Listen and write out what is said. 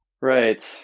Right